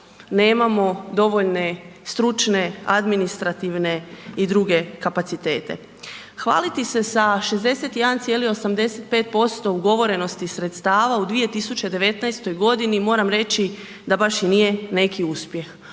nemamo dovoljne stručne administrativne i druge kapacitete. Hvaliti se sa 61,85% ugovorenosti sredstava u 2019.g. moram reći da baš i nije neki uspjeh